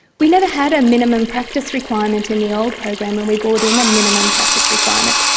we never had a minimum practice requirement in the old program when we brought in a minimum practice requirement.